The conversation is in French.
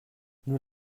nous